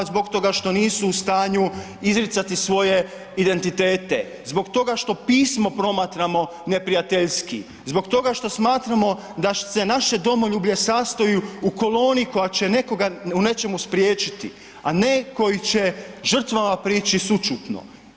Zbog toga što nisu u stanju izricati svoje identitete, zbog toga što pismo promatramo neprijateljski, zbog toga što smatramo da se naše domoljublje sastoji u koloni koja će nekoga u nečemu spriječiti, a ne koji će žrtvama prići sućutno.